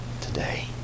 today